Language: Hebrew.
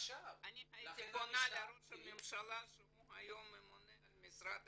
הייתי פונה לראש הממשלה שהוא היום ממונה על משרד